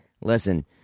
Listen